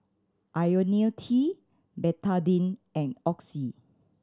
Ionil T Betadine and Oxy